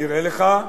נראה לך,